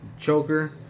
Choker